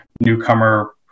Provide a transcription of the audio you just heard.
newcomer